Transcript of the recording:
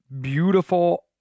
beautiful